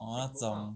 orh 那种